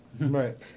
Right